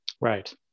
Right